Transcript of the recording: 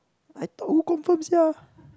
I thought who confirm sia